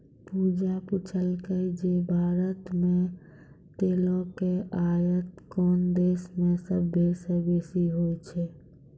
पूजा पुछलकै जे भारत मे तेलो के आयात कोन देशो से सभ्भे से बेसी होय छै?